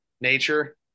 nature